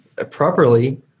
properly